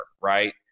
right